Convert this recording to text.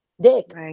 dick